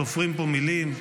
סופרים פה מילים.